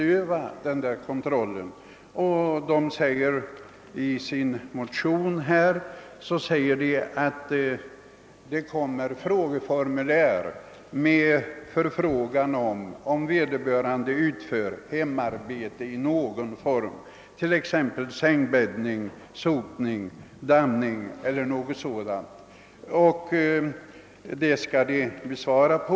Kvin norna tillställs ett formulär med förfrågan om de utför hemarbete i någon form, t.ex. sängbäddning, sopning, damning eller liknande sysslor. Detta skall de svara på.